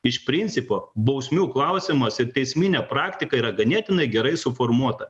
iš principo bausmių klausimas ir teisminė praktika yra ganėtinai gerai suformuota